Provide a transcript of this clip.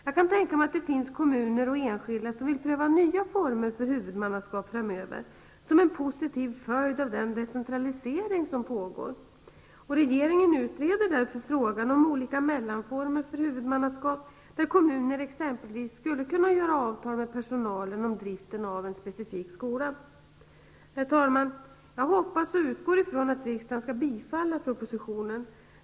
Jag kan tänka mig att det finns kommuner och enskilda som vill pröva nya former för huvudmannaskap framöver, som en positiv följd av den decentralisering som pågår. Regeringen utreder därför frågan om olika mellanformer för huvudmannaskap, där kommuner exempelvis skulle kunna träffa avtal med personalen om driften av en specifik skola. Herr talman! Jag hoppas och utgår från att riksdagen skall bifalla propositionen.